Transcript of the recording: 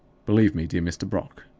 believe me, dear mr. brock,